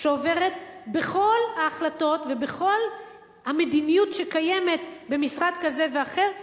שעוברת בכל ההחלטות ובכל המדיניות שקיימת במשרד כזה ואחר.